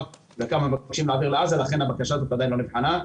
וכמה מבקשים להעביר לעזה ולכן הבקשה הזאת עדיין לא נבחנה,